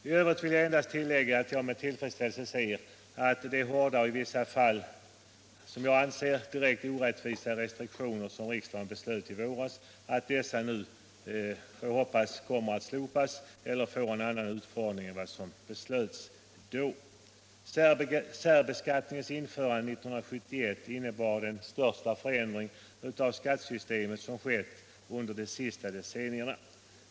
I övrigt vill jag endast tillägga att jag med tillfredsställelse ser att de hårda och i vissa fall, enligt min mening, direkt orättvisa restriktioner som riksdagen beslutade om i våras nu förhoppningsvis kommer att slopas eller få en annan utformning än som beslutades då. Särbeskattningens införande 1971 innebar den största förändringen av skattesystemet under de senaste decennierna.